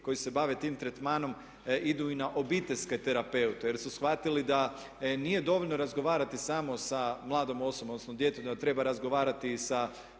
koji se bave tim tretmanom idu i na obiteljske terapeute jer su shvatili da nije dovoljno razgovarati samo sa mladom osobom, odnosno djetetom, da treba razgovarati i